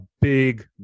big